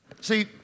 See